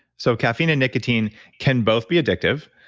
so caffeine and nicotine can both be addictive.